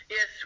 Yes